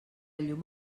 llum